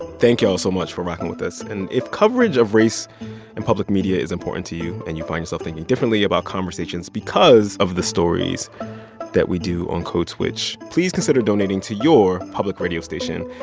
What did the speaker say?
thank y'all so much for rocking with us. and if coverage of race in public media is important to you and you find yourself thinking differently about conversations because of the stories that we do on code switch, please consider donating to your public radio station.